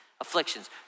afflictions